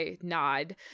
nod